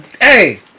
hey